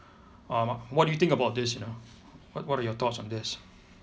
uh mark what do you think about this you know what what are your thoughts on this